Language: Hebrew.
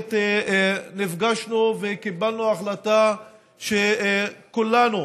המשותפת נפגשנו וקיבלנו החלטה שכולנו